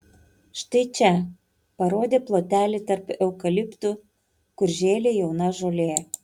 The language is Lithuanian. štai čia parodė plotelį tarp eukaliptų kur žėlė jauna žolė